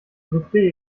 souffle